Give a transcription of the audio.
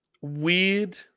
weird